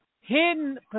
hidden